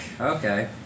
Okay